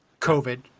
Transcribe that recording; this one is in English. COVID